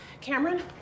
Cameron